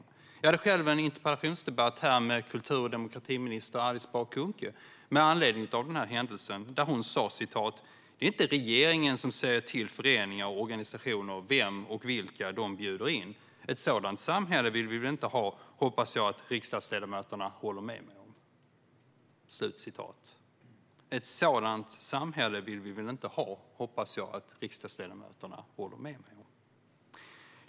Med anledning av denna händelse hade jag en interpellationsdebatt med kultur och demokratiminister Alice Bah Kuhnke då hon sade: Det är inte regeringens som säger till föreningar och organisationer vem och vilka som de bjuder in. Ett sådant samhälle vill vi väl inte ha? Det hoppas jag att riksdagsledamöterna håller med mig om.